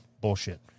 bullshit